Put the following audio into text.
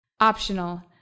Optional